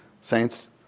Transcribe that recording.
Saints